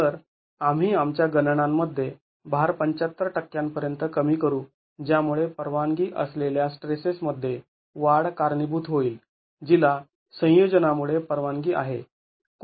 तर आम्ही आमच्या गणनांमध्ये भार ७५ टक्क्यां पर्यंत कमी करू ज्यामुळे परवानगी असलेल्या स्ट्रेसेस मध्ये वाढ कारणीभूत होईल जिला संयोजनामुळे परवानगी आहे